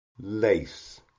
lace